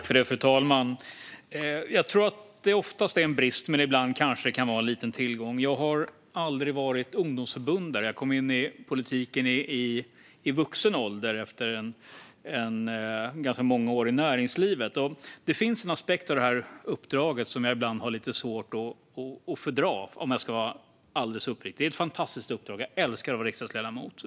Fru talman! Jag tror att det oftast är en brist men ibland kanske kan vara en liten tillgång: Jag har aldrig varit ungdomsförbundare. Jag kom in i politiken i vuxen ålder efter ganska många år i näringslivet. Det finns en aspekt av det här uppdraget som jag ibland har lite svårt att fördra om jag ska vara alldeles uppriktig. Det är ett fantastiskt uppdrag; jag älskar att vara riksdagsledamot.